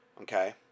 Okay